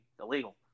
illegal